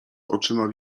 oczyma